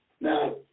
Now